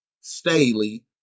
Staley